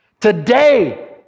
Today